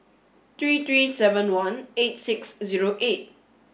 three three seven one eight six zero eight